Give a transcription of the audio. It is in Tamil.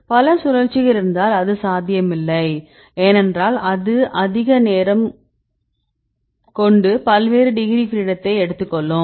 பல சுழற்சிகள் இருந்தால் அது சாத்தியமில்லை ஏனென்றால் இது அதிக நேரம் கொண்டு பல்வேறு டிகிரி ஃப்ரீடத்தை எடுத்துக் கொள்ளும்